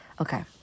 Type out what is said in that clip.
okay